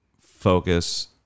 focus